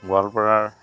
গোৱালপাৰাৰ